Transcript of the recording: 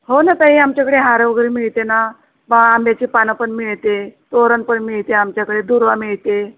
हो ना ताई आमच्याकडे हार वगैरे मिळते ना बा आंब्याची पानं पण मिळते तोरण पण मिळते आमच्याकडे दुर्वा मिळते